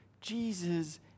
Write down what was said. Jesus